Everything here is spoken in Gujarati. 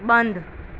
બંધ